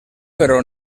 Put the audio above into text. però